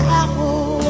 apple